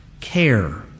care